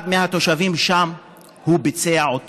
אחד מהתושבים שם ביצע.